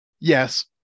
Yes